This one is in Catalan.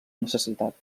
necessitat